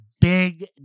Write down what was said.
big